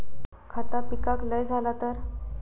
खता पिकाक लय झाला तर?